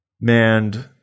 manned